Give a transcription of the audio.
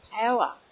power